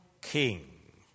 king